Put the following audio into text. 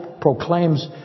proclaims